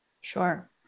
Sure